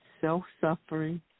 self-suffering